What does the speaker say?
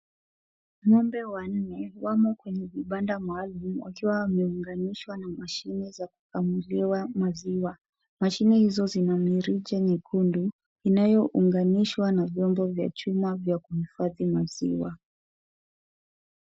Ng'ombe wanne wamo kwenye vibanda maalumu wakiwa wameunganishwa na mashine za kukamuliwa maziwa. Mashine hizo zina mirije nyekundu inayounganishwa na vyombo vya chuma vya kuhifadhi maziwa.